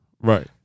Right